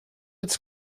its